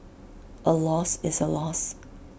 A loss is A loss